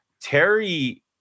Terry